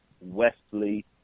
Wesley